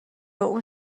اون